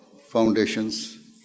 foundations